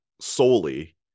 solely